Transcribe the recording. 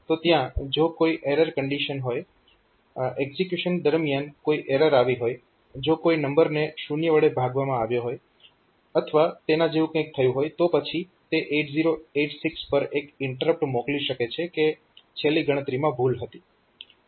તો ત્યાં જો કોઈ એરર કન્ડીશન હોય એક્ઝીક્યુશન દરમિયાન કોઈ એરર આવી હોય જો કોઈ નંબરને શૂન્ય વડે ભાગવામાં આવ્યો હોય અથવા તેના જેવું કંઈક થયું હોય તો પછી તે 8086 પર એક ઇન્ટરપ્ટ મોકલી શકે છે કે છેલ્લી ગણતરીમાં ભૂલ હતી